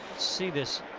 see this.